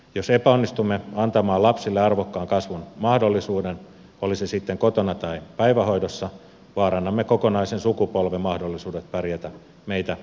jos epäonnistumme antamaan lapsille arvokkaan kasvun mahdollisuuden oli se sitten kotona tai päivähoidossa vaarannamme kokonaisen sukupolven mahdollisuudet pärjätä meitä itseämme paremmin